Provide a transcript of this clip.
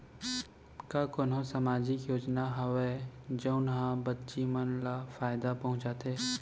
का कोनहो सामाजिक योजना हावय जऊन हा बच्ची मन ला फायेदा पहुचाथे?